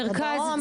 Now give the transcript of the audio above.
מרכז,